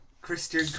christian